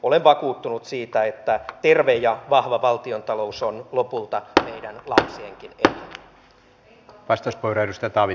olen vakuuttunut siitä että terve ja vahva valtiontalous on lopulta meidän lapsiemmekin etu